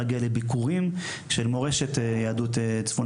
להגיע לביקורים יש מורשת יהדות צפון